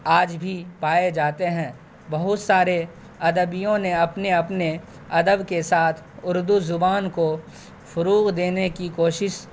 آج بھی پائے جاتے ہیں بہت سارے ادیبوں نے اپنے اپنے ادب کے ساتھ اردو زبان کو فروغ دینے کی کوشش